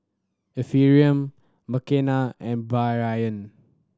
Ephraim Makena and Bryon